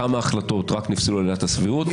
כמה החלטות רק נפסלו על עילת הסבירות,